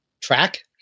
track